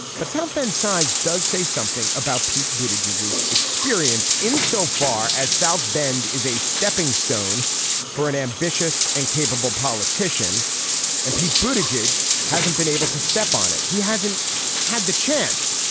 but south bend size does say something about pete booted judges experience in so far as south bend is a stepping stone for an ambitious and capable politician and pete boot a judge hasn't been able to step on it. he hasn't had the chance.